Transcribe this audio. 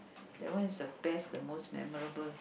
that one is the best the most memorable